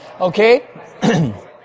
Okay